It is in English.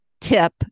tip